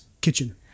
kitchen